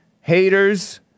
haters